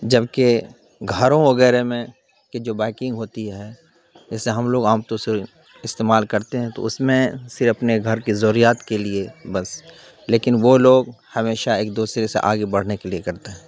جبکہ گھروں وغیرہ میں کہ جو بائکنگ ہوتی ہے جیسے ہم لوگ عام طور سے استعمال کرتے ہیں تو اس میں سے اپنے گھر کی ضروریات کے لیے بس لیکن وہ لوگ ہمیشہ ایک دوسرے سے آگے بڑھنے کے لیے کرتے ہیں